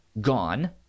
gone